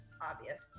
Obvious